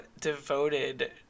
devoted